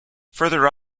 further